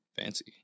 Fancy